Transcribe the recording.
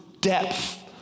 depth